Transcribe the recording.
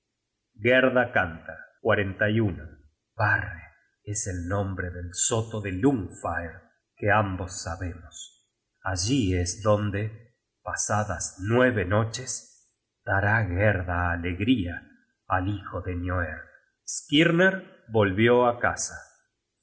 hijo de nioerd gerda canta barre es el nombre del soto de lungfaerd que ambos sabemos allí es donde pasadas nueve noches dará gerda alegría al hijo de nioerd skirner volvió á casa